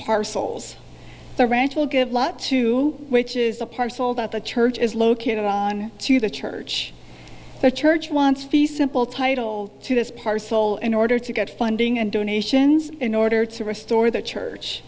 parcels the ranch will give lot two which is a parcel that the church is located on to the church the church wants the simple title to this parcel in order to get funding and donations in order to restore the church